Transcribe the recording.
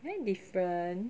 I think different